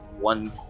one